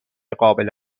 قابل